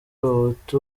abahutu